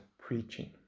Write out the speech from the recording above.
preaching